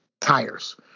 tires